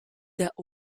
der